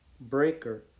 Breaker